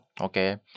okay